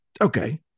Okay